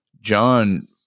John